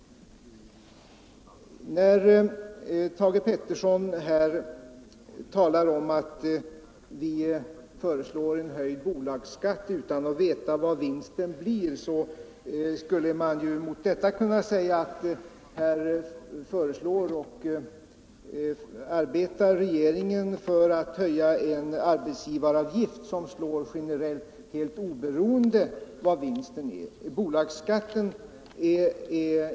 När herr Peterson i Nacka här talar om att vi föreslår en höjd bolagsskatt utan att veta vad vinsten blir, kan mot detta ställas att regeringen arbetar för att höja en arbetsgivaravgift som slår generellt helt oberoende av om det finns en vinst eller inte.